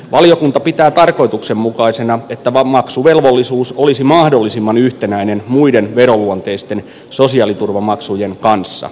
valiokunta pitää tarkoituksenmukaisena että maksuvelvollisuus olisi mahdollisimman yhtenäinen muiden veroluonteisten sosiaaliturvamaksujen kanssa